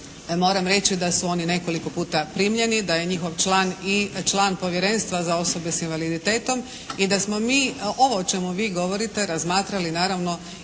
Moram reći da su oni nekoliko puta primljeni. Da je njihov član i član Povjerenstva za osobe s invaliditetom i da smo mi ovo o čemu vi govorite razmatrali naravno